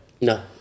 No